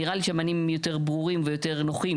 נראה לי שהמענים ברורים ונוחים יותר.